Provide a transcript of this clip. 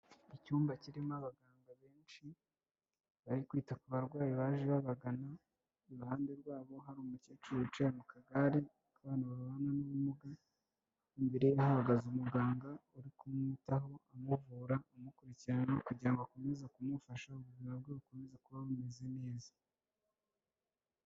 Icyumba kirimo abaganga benshi bari kwita ku barwayi baje babagana, iruhande rwabo hari umukecuru wicaye mu kagare k'abantu babana n'ubumuga, imbere ye hahagaze muganga uri kumwitaho, amuvura, amukurikirana kugira ngo akomeze kumufasha ubuzima bwe bukomeze kuba bumeze neza.